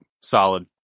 solid